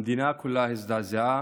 המדינה כולה הזדעזעה